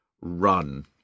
run